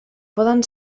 poden